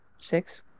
Six